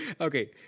Okay